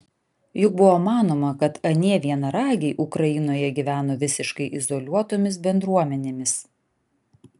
juk buvo manoma kad anie vienaragiai ukrainoje gyveno visiškai izoliuotomis bendruomenėmis